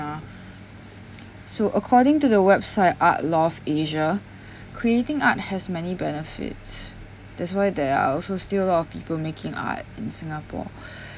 so according to the website art loft asia creating art has many benefits that's why there are also still of people making art in singapore